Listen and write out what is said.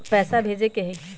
पैसा भेजे के हाइ?